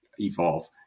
evolve